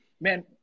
Man